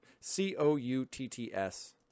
C-O-U-T-T-S